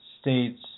states